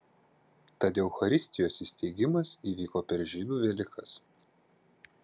tad eucharistijos įsteigimas įvyko per žydų velykas